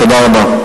תודה רבה.